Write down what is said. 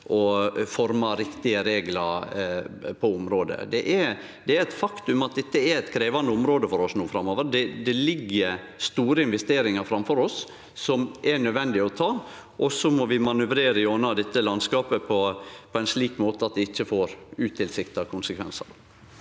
og formar riktige reglar på området. Det er eit faktum at dette er eit krevjande område for oss no framover. Det ligg store investeringar framfor oss som det er nødvendig å ta, og så må vi manøvrere gjennom dette landskapet på ein slik måte at det ikkje får utilsikta konsekvensar.